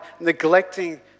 neglecting